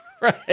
Right